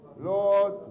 Lord